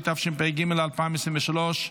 התשפ"ג 2023,